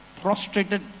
prostrated